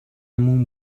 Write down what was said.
موم